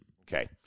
Okay